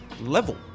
level